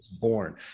born